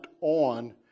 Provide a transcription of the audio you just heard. on